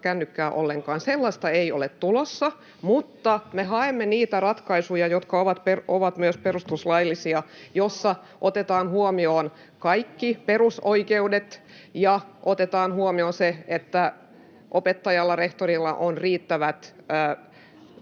kännykkää ollenkaan, ei ole tulossa, mutta me haemme niitä ratkaisuja, jotka ovat myös perustuslaillisia, joissa otetaan huomioon kaikki perusoikeudet ja se, että opettajalla ja rehtorilla on riittävät